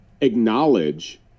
acknowledge